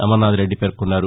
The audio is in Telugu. అమర్నాథ్రెడ్డి పేర్కొన్నారు